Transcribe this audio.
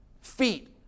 feet